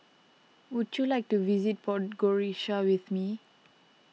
would you like to visit with me